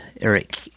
Eric